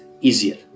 easier